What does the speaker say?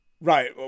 Right